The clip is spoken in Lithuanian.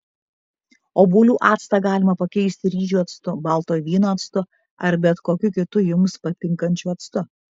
obuolių actą galima pakeisti ryžių actu baltojo vyno actu ar bet kokiu kitu jums patinkančiu actu